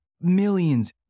millions